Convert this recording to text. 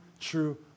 true